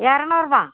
இரநூறுவா